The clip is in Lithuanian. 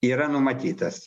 yra numatytas